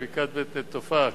בבקעת בית-נטופה,